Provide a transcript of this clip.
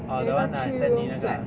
oh that [one] ah I sent 妳那个 ah